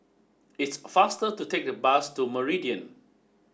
it's faster to take the bus to Meridian